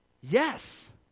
Yes